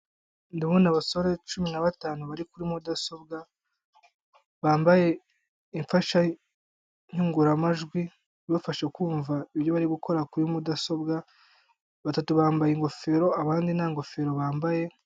Ndabona abasore cumi na batanu bari kuri mudasobwa, bambaye imfashanyugururamajwi ibafasha kumva ibyo bari gukora kuri mudasobwa, batatu bambaye ingofero, abandi nta ngofero bambaye,,,